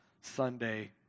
Sunday